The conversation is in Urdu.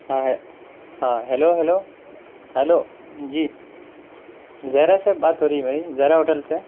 ہائے ہاں ہیلو ہیلو ہیلو جی زہرہ سے بات ہو رہی ہے میری زہرہ ہوٹل سے